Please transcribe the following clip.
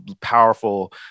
powerful